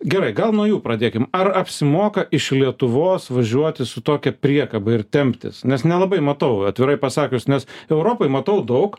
gerai gal nuo jų pradėkim ar apsimoka iš lietuvos važiuoti su tokia priekaba ir temptis nes nelabai matau atvirai pasakius nes europoj matau daug